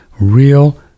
Real